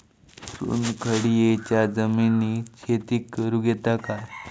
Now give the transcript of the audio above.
चुनखडीयेच्या जमिनीत शेती करुक येता काय?